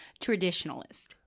traditionalist